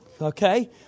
Okay